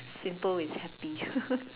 simple is happy